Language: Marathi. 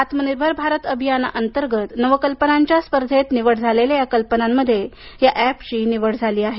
आत्मनिर्भर भारत अभियानाअंतर्गत नवकल्पनांच्या स्पर्धेत निवड झालेल्या कल्पनांमध्ये ह्या एपची निवड झाली आहे